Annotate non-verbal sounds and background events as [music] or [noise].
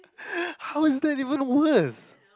[laughs] how is that even worst